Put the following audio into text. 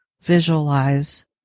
visualize